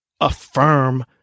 affirm